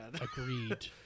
Agreed